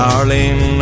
Darling